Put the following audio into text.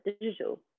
digital